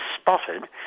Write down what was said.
spotted